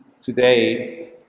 today